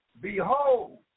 Behold